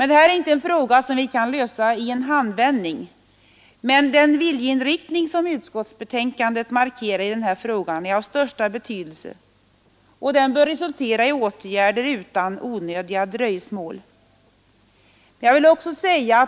Detta är inte ett problem som kan lösas i en handvändning, men den viljeinriktning som utskottsbetänkandet markerar i denna fråga är av största betydelse, och den bör resultera i åtgärder utan onödiga dröjsmål.